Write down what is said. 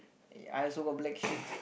I also got black sheep